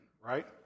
right